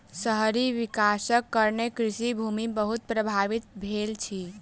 शहरी विकासक कारणें कृषि भूमि बहुत प्रभावित भेल अछि